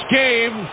game